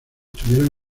tuvieron